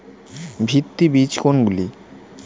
ভিত্তি বীজ কোনগুলি?